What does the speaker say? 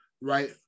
right